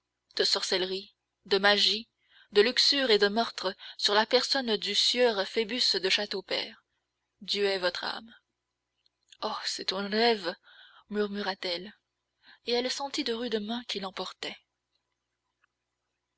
de sorcellerie de magie de luxure et de meurtre sur la personne du sieur phoebus de châteaupers dieu ait votre âme oh c'est un rêve murmura-t-elle et elle sentit de rudes mains qui l'emportaient